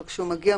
אבל כשהגיע,